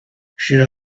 should